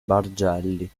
bargelli